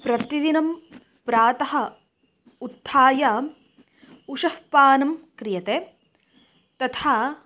प्रतिदिनं प्रातः उत्थाय उषःपानं क्रियते तथा